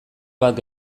bat